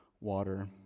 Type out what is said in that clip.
water